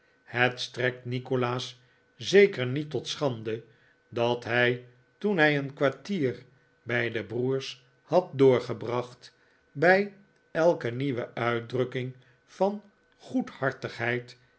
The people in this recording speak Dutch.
het strekt nikolaas zeker niet tot schande dat hij toen hij een kwartier bij de broers had doorgebracht bij elke nieuwe uitdrukking van